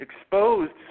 exposed